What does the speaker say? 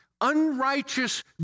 unrighteous